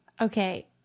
okay